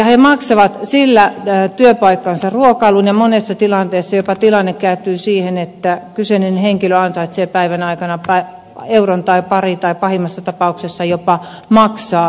he maksavat sillä ruokailun työpaikallaan ja monessa tapauksessa tilanne kääntyy jopa siihen että kyseinen henkilö ansaitsee päivän aikana vain euron tai pari tai pahimmassa tapauksessa jopa maksaa työssäolostaan